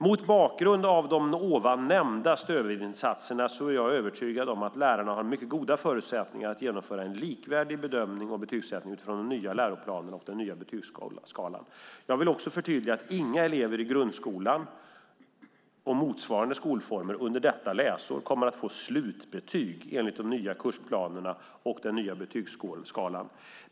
Mot bakgrund av de ovan nämnda stödinsatserna är jag övertygad om att lärarna har mycket goda förutsättningar att genomföra en likvärdig bedömning och betygssättning utifrån de nya läroplanerna och den nya betygsskalan. Jag vill också förtydliga att inga elever i grundskolan och motsvarande skolformer under detta läsår kommer att få slutbetyg enligt de nya kursplanerna och den nya betygsskalan.